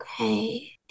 okay